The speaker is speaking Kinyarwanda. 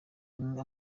amwe